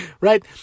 right